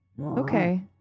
Okay